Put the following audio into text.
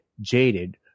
Jaded